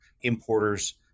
importers